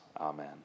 Amen